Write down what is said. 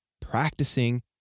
practicing